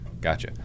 Gotcha